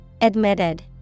Admitted